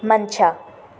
ಮಂಚ